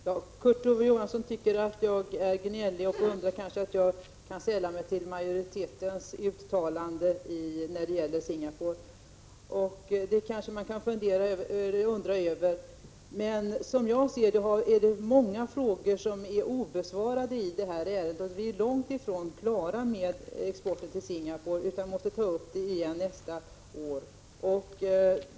Fru talman! Kurt Ove Johansson tycker att jag är gnällig och undrar över hur jag kan sälla mig till majoritetens uttalande när det gäller krigsmaterielexport till Singapore. Det kan man kanske undra över, men som jag ser är många frågor obesvarade i detta ärende. Vi är långt ifrån klara med frågan om exporten till Singapore utan måste ta upp den igen nästa år.